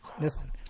listen